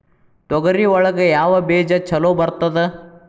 ತೊಗರಿ ಒಳಗ ಯಾವ ಬೇಜ ಛಲೋ ಬರ್ತದ?